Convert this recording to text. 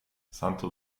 santo